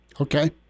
Okay